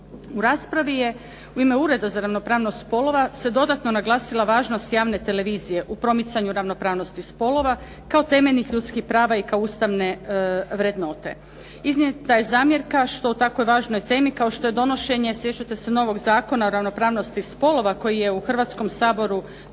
U raspravi u ime Ureda za ravnopravnost spolova se dodatno naglasila javnost javne televizije u promicanju ravnopravnosti spolova, kao temeljnih ljudskih prava i kao ustavne vrednote. Iznijeta je zamjerka što o tako važnoj temi kao što je donošenje sjećate se novog Zakona o ravnopravnosti spolova koji je u Hrvatskom saboru